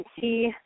see